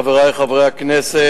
חברי חברי הכנסת,